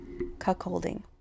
cuckolding